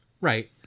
right